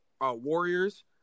Warriors